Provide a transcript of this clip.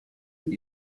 und